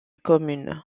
commune